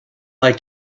like